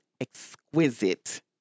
exquisite